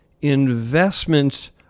investments